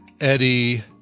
Eddie